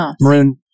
Maroon